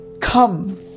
Come